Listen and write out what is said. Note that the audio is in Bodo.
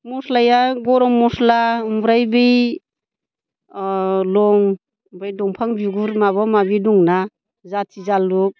मस्लाया गरम म'स्ला ओमफ्राय बै लं ओमफ्राय दंफां बिगुर माबा माबि दंना जाथि जालुग